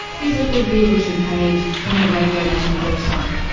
visit the rear vision page on the radio national website.